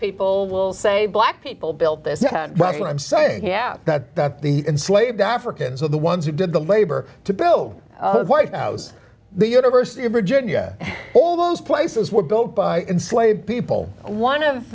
people will say black people built this back and i'm saying yeah that that the enslaved africans were the ones who did the labor to build white house the university of virginia all those places were built by enslaved people one of